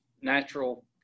natural